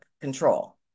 control